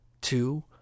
two